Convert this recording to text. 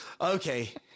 Okay